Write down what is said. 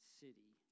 city